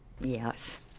Yes